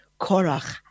Korach